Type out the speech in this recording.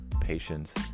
patience